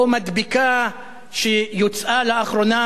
או מדבקה שיצאה לאחרונה